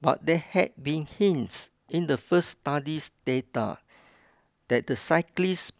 but there had been hints in the first study's data that the cyclists